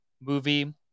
movie